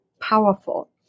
powerful